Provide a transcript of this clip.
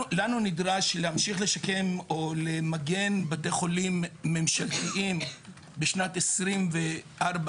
לנו נידרש להמשיך לשקם או למגן בתי חולים ממשלתיים בשנת 2023-2024,